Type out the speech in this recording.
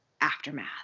aftermath